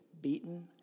beaten